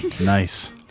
Nice